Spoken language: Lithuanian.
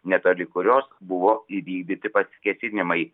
netoli kurios buvo įvykdyti pasikėsinimai